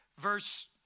verse